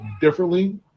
differently